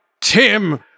Tim